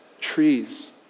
trees